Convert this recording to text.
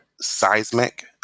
seismic